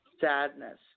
sadness